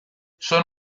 son